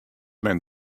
men